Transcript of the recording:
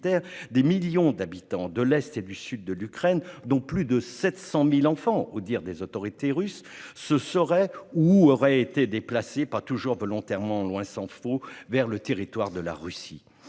des millions d'habitants de l'est et du sud de l'Ukraine, dont plus de 700 000 enfants, aux dires des autorités russes, se seraient ou auraient été déplacés, pas toujours volontairement, tant s'en faut, vers le territoire de la Russie.